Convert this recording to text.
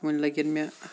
وٕنۍ لَگن مےٚ